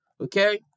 okay